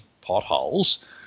potholes